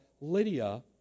Lydia